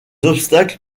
obstacles